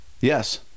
Yes